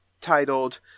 titled